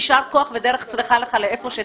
יישר כוח ודרך צלחה לך איפה שתמשיך.